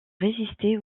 résister